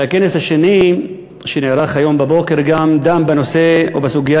והכנס השני שנערך היום בבוקר גם דן בנושא או בסוגיה